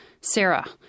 Sarah